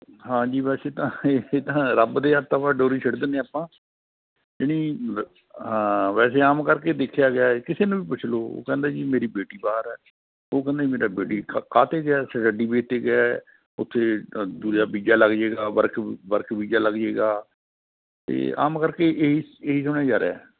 ਹਾਂਜੀ ਵੈਸੇ ਤਾਂ ਇਹ ਤਾਂ ਰੱਬ ਦੇ ਹੱਥਾਂ ਪਾ ਡੋਰੀ ਸਿੱਟ ਦਿੰਦੇ ਆਪਾਂ ਜਾਣੀ ਹਾਂ ਵੈਸੇ ਆਮ ਕਰਕੇ ਦੇਖਿਆ ਗਿਆ ਹੈ ਕਿਸੇ ਨੂੰ ਵੀ ਪੁੱਛ ਲੋ ਉਹ ਕਹਿੰਦਾ ਜੀ ਮੇਰੀ ਬੇਟੀ ਬਾਹਰ ਆ ਉਹ ਕਹਿੰਦਾ ਮੇਰਾ ਬੇਟੀ ਕਾਹ 'ਤੇ ਗਿਆ ਸ ਸਟੱਡੀ ਬੇਸ 'ਤੇ ਗਿਆ ਉੱਥੇ ਵੀਜ਼ਾ ਲੱਗ ਜਾਵੇਗਾ ਵਰਕ ਵਰਕ ਵੀਜ਼ਾ ਲੱਗਜੇਗਾ ਅਤੇ ਆਮ ਕਰਕੇ ਏ ਏਹੀ ਸੁਣਿਆ ਜਾ ਰਿਹਾ